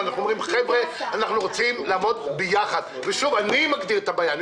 יחד עם זאת, ההגדרה לגבי מי הוא חרדי אמנם